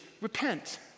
repent